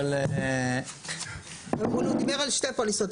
אבל --- הוא דיבר על שתי פוליסות,